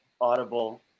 audible